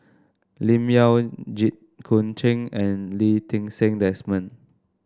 Lim Yau Jit Koon Ch'ng and Lee Ti Seng Desmond